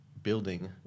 Building